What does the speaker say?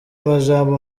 majambo